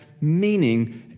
meaning